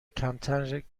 کمتر